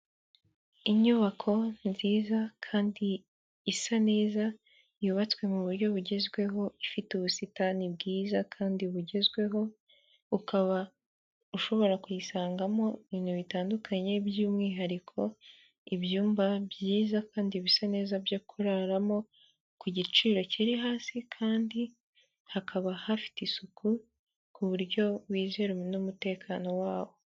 Inyubako nziza kandi isa neza yubatswe mu buryo bugezweho ifite ubusitani bwiza kandi bugezweho, ukaba ushobora kuyisangamo ibintu bitandukanye by'umwihariko ibyumba byiza kandi bisa neza byo kuraramo ku giciro kiri hasi kandi hakaba hafite isuku ku buryo wizewe n'umutekano waho.